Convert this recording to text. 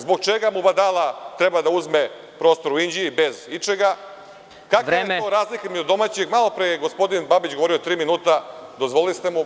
Zbog čega Mubadala treba da uzme prostor u Inđiji bez ičega…. (Predsedavajući: Vreme.) Malo pre je gospodin Babić govorio tri minuta i dozvolili ste mu.